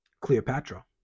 cleopatra